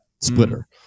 splitter